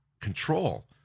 control